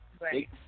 Right